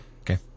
Okay